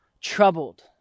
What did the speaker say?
troubled